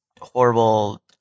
horrible